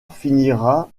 finira